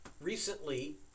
recently